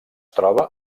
troba